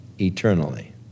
eternally